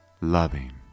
Loving